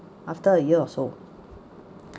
after a year or so